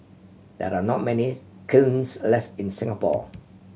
there are not many kilns left in Singapore